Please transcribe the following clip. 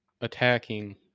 attacking